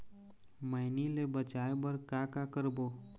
मैनी ले बचाए बर का का करबो?